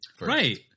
Right